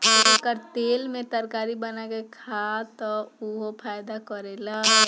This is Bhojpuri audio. एकर तेल में तरकारी बना के खा त उहो फायदा करेला